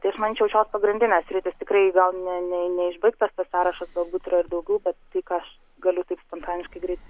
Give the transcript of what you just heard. tai aš manyčiau šios pagrindinės sritys tikrai gal ne ne neišbaigtas tas sąrašas galbūt yra daugiau tik aš galiu taip spontaniškai greit